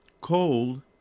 Cold